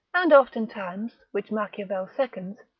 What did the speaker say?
and oftentimes, which machiavel seconds,